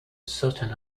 certain